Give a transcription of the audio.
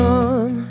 on